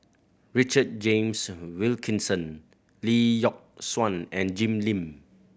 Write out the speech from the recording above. Richard James Wilkinson Lee Yock Suan and Jim Lim